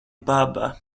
baba